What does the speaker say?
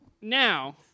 Now